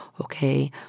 okay